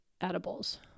edibles